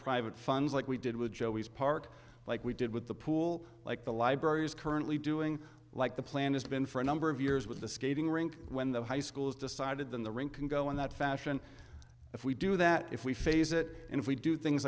private funds like we did with joey's park like we did with the pool like the library is currently doing like the plan has been for a number of years with the skating rink when the high schools decided than the ring can go in that fashion if we do that if we phase it in if we do things